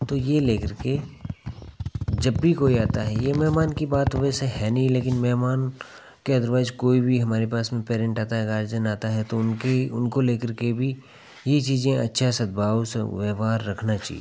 तो ये लेकर के जब भी कोई आता है ये मेहमान की बात वैसे है नहीं लेकिन मेहमान के अदरवाइज कोई भी हमारे पास में पेरेंट आता है गार्जियन आता है तो उनकी उनको लेकर के भी ये चीज़ें अच्छा सद्भाव सब व्यवहार रखना चाहिए